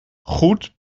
goed